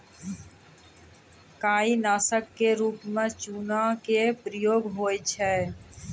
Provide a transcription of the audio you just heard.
काई नासक क रूप म चूना के प्रयोग होय छै